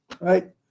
Right